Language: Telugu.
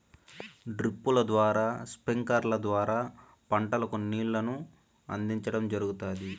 డ్రిప్పుల ద్వారా స్ప్రింక్లర్ల ద్వారా పంటలకు నీళ్ళను అందించడం జరుగుతాది